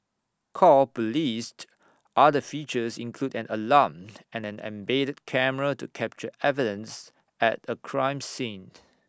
call police's other features include an alarm and an embedded camera to capture evidence at A crime scene